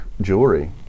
jewelry